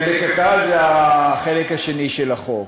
החלק הקל זה החלק השני של החוק,